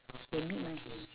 they meet my